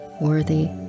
Worthy